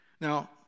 Now